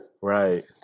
Right